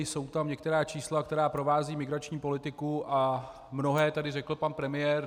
Jsou tam některá čísla, která provázejí migrační politiku, a mnohé tady řekl pan premiér.